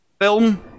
film